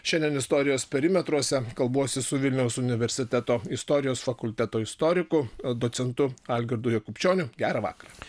šiandien istorijos perimetruose kalbuosi su vilniaus universiteto istorijos fakulteto istoriku docentu algirdu jakubčioniu gerą vakarą